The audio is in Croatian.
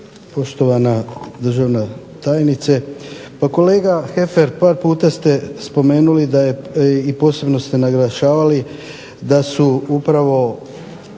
poštovana državna tajnice. Pa kolega Heffer par puta ste spomenuli da je, i posebno ste naglašavali da su upravo